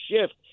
shift